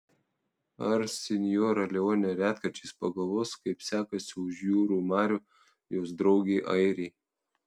ar sinjora leonė retkarčiais pagalvos kaip sekasi už jūrų marių jos draugei airei